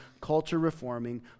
culture-reforming